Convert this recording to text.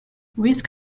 risk